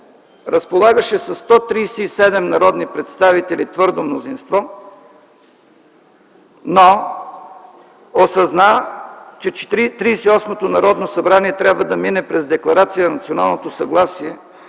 разполагаше със 137 народни представители твърдо мнозинство, но осъзна, че Тридесет и осмото Народно събрание трябва да мине през Декларация на националното съгласие,